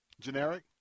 generic